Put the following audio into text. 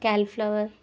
cauliflower